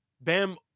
bam